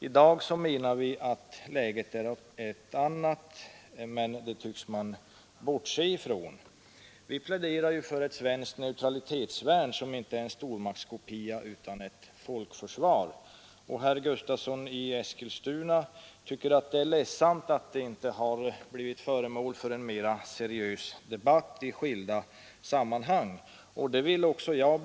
I dag menar vi att läget är ett annat, men det tycks regeringen bortse från. Vi pläderar för ett svenskt neutralitetsvärn som inte är en stormaktskopia utan ett folkför svar. Herr Gustavsson i Eskilstuna tycker det är ledsamt att frågan inte har blivit föremål för en mer seriös debatt i skilda sammanhang, och det beklagar även jag.